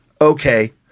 Okay